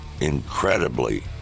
incredibly